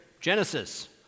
Genesis